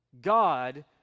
God